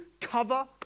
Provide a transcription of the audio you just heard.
cover